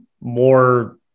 more